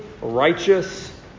righteous